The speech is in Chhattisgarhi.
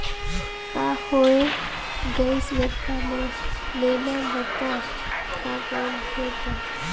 का होये गइस बेटा लेना बता का काम हे त